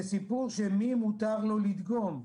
זה סיפור של מי מותר לו לדגום,